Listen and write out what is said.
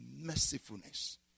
mercifulness